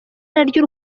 naryo